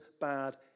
bad